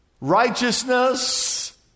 righteousness